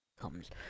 comes